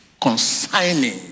consigning